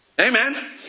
Amen